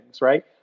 right